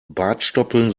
bartstoppeln